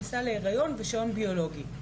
כניסה להיריון ושעון ביולוגי.